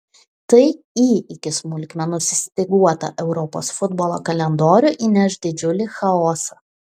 tai į iki smulkmenų sustyguotą europos futbolo kalendorių įneš didžiulį chaosą